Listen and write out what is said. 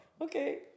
okay